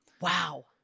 Wow